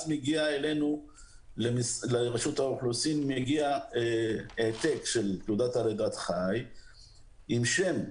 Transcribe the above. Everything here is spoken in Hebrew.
אז מגיע אלינו לרשות האוכלוסין העתק של תעודת לידת חי עם שם.